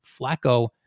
Flacco